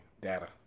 data